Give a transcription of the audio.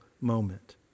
moment